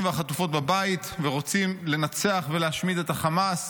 והחטופות בבית ורוצים לנצח ולהשמיד את החמאס,